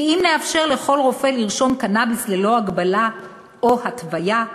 כי אם נאפשר לכל רופא לרשום קנאביס ללא הגבלה או התוויה,